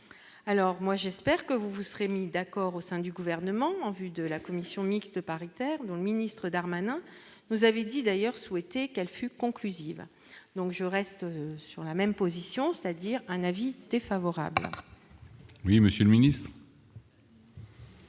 alors moi j'espère que vous serez mis d'accord au sein du gouvernement en vue de la commission mixte paritaire dans le ministre Darmanin vous avez dit d'ailleurs souhaité qu'elle fut conclusive, donc je reste sur la même position, c'est-à-dire un avis défavorable. Oui, Monsieur le Ministre.